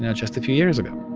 yeah just a few years ago